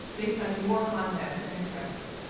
based on your context and interests.